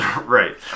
right